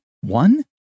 one